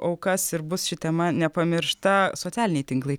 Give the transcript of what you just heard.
aukas ir bus ši tema nepamiršta socialiniai tinklai